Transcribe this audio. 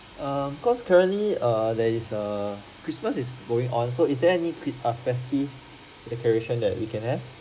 um because currently err there is err christmas is going on so is there any quick or festive decoration that we can have